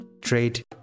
trade